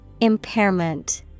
Impairment